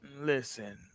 Listen